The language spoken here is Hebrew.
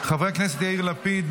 חבר הכנסת יאיר לפיד,